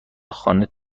خانه